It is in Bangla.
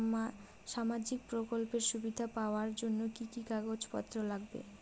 সামাজিক প্রকল্পের সুবিধা পাওয়ার জন্য কি কি কাগজ পত্র লাগবে?